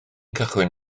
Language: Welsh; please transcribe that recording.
cychwyn